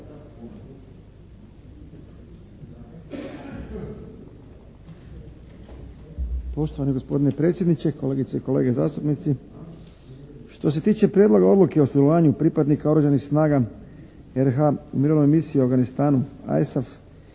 Poštovani gospodine predsjedniče, kolegice i kolege zastupnici! Što se tiče Prijedloga odluke o sudjelovanju pripadnika Oružanih snaga RH-a u Mirovnoj misiji u Afganistanu (ISAF)